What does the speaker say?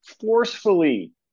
forcefully